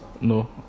No